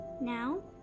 now